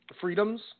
Freedoms